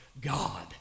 God